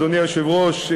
אדוני היושב-ראש,